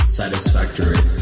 satisfactory